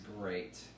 great